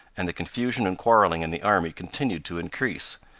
and the confusion and quarreling in the army continued to increase,